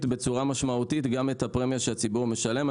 בצורה משמעותית גם את הפרמיה שהציבור משלם.